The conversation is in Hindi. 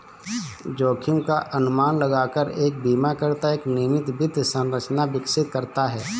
जोखिम का अनुमान लगाकर एक बीमाकर्ता एक नियमित वित्त संरचना विकसित करता है